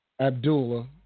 Abdullah